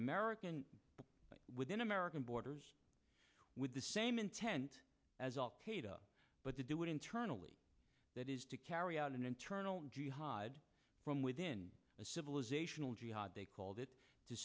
american within american borders with the same intent but to do it internally that is to carry out an internal jihad from within a civilizational jihad they called it to